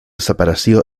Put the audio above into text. separació